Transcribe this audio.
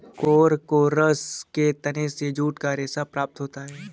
Corchorus के तने से जूट का रेशा प्राप्त होता है